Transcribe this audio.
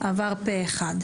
הצבעה